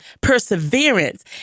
perseverance